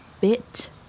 bit